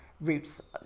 roots